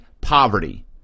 poverty